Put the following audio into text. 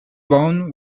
bone